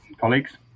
colleagues